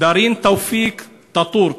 דארין תאופיק טאטור,